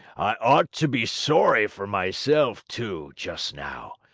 i ought to be sorry for myself, too, just now.